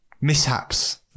mishaps